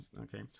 Okay